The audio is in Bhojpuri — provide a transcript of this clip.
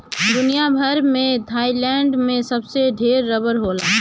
दुनिया भर में थाईलैंड में सबसे ढेर रबड़ होला